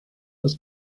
des